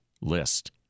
list